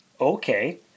okay